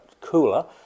cooler